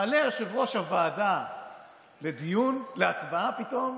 מעלה יושב-ראש הוועדה להצבעה פתאום,